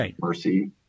mercy